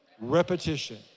Repetition